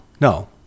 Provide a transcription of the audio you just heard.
No